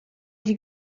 die